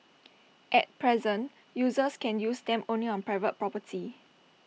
at present users can use them only on private property